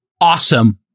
awesome